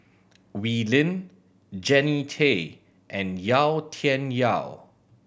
Wee Lin Jannie Tay and Yau Tian Yau